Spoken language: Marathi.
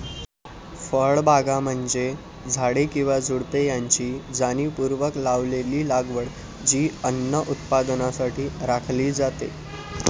फळबागा म्हणजे झाडे किंवा झुडुपे यांची जाणीवपूर्वक लावलेली लागवड जी अन्न उत्पादनासाठी राखली जाते